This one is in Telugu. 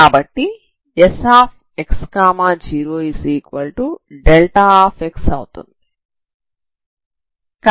కాబట్టి Sx0δ అవుతుంది